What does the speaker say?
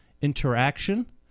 interaction